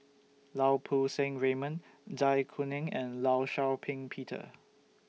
Lau Poo Seng Raymond Zai Kuning and law Shau Ping Peter